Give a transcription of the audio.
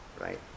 right